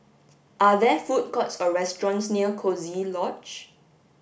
are there food courts or restaurants near Coziee Lodge